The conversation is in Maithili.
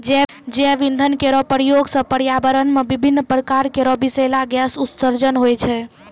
जैव इंधन केरो प्रयोग सँ पर्यावरण म विभिन्न प्रकार केरो बिसैला गैस उत्सर्जन होय छै